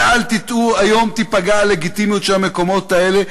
ואל תטעו: היום תיפגע הלגיטימיות של המקומות האלה.